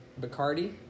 Bacardi